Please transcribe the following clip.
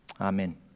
Amen